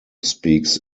speaks